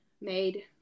made